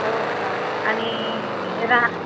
हो का आणि रा